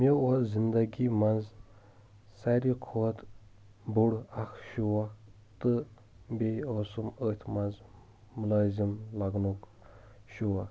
مے اوس زندگی منٛز ساروٕے کھۄتہٕ بوٚڑ اکھ شوق تہٕ بیٚیہِ اوسُم أتھۍ منٛز مُلٲزِم لَگنُک شوق